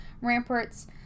ramparts